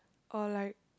or like